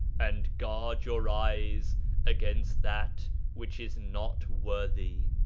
and guard your eyes against that which is not worthy.